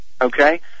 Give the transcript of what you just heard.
okay